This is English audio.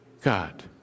God